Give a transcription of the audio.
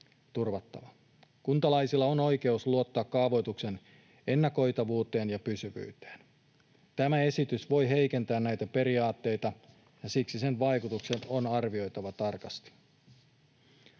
Kuntalaisilla on oikeus luottaa kaavoituksen ennakoitavuuteen ja pysyvyyteen. Tämä esitys voi heikentää näitä periaatteita, ja siksi sen vaikutukset on arvioitava tarkasti.